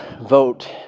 vote